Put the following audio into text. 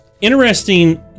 interesting